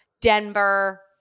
Denver